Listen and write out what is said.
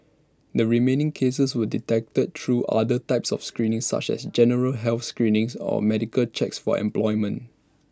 the remaining cases were detected through other types of screening such as general health screenings or medical checks for employment